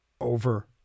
over